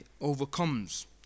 overcomes